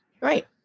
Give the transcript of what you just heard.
right